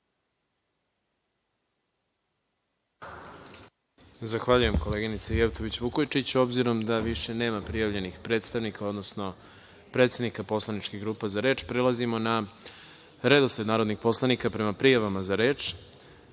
Zahvaljujem, koleginice Jevtović Vukojičić. Obzirom da više nema prijavljenih predstavnika odnosno predsednika poslaničkih grupa za reč, prelazimo na redosled narodnih poslanika prema prijavama za reč. Reč